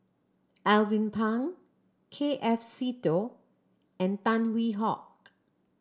Alvin Pang K F Seetoh and Tan Hwee Hock